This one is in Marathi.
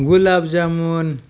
गुलाबजामून